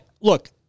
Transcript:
look –